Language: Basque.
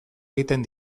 egiten